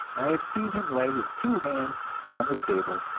i have seen him lay his two hands on the table,